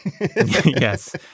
Yes